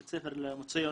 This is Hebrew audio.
בית ספר למצוינות.